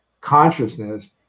consciousness